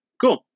cool